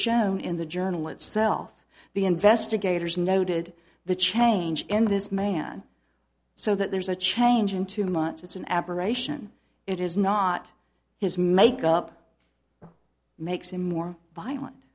shown in the journal itself the investigators noted the change in this man so that there's a change in two months it's an aberration it is not his makeup makes him more violent